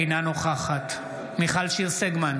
אינה נוכחת מיכל שיר סגמן,